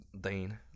Dane